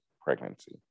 pregnancy